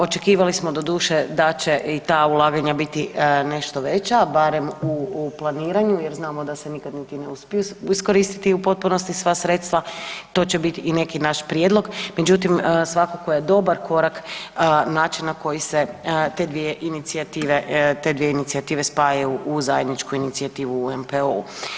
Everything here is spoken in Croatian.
Očekivali smo doduše da će i ta ulaganja biti nešto veća barem u planiranju jer znamo da se nikad niti ne uspiju iskoristiti u potpunosti sva sredstva, to će biti i neki naš prijedlog, međutim svakako je dobar korak način na koji se te dvije inicijative, te dvije inicijative spajaju u zajedničku inicijativu u NPOO-u.